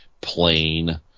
plain